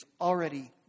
already